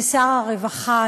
לשר הרווחה,